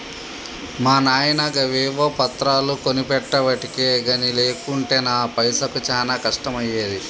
మా నాయిన గవేవో పత్రాలు కొనిపెట్టెవటికె గని లేకుంటెనా పైసకు చానా కష్టమయ్యేది